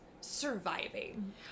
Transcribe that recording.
surviving